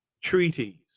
Treaties